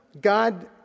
God